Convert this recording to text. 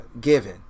given